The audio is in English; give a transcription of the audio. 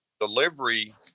Delivery